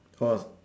taller